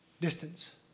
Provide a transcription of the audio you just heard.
distance